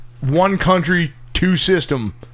one-country-two-system